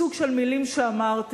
סוג של מלים שאמרתי,